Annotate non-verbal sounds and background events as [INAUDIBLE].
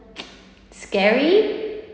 [NOISE] scary